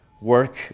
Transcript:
work